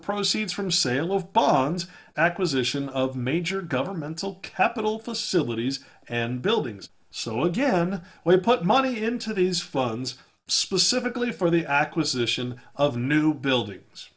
proceeds from sale of bonds acquisition of major governmental capital facilities and buildings so again we put money into these funds specifically for the acquisition of new buildings